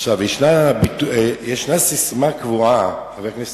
יש ססמה קבועה בנושא